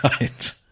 Right